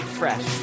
fresh